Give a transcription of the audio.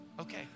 okay